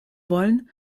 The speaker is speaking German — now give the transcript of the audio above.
wollen